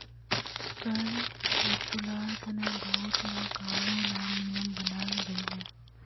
कर वासूल्वार तने बहुत ला क़ानून आर नियम बनाल गहिये